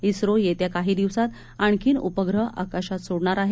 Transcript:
इस्रो येत्या काही दिवसांत आणखी उपग्रह आकाशात सोडणार आहे